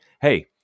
Hey